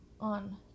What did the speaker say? on-